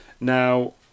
Now